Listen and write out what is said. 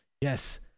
Yes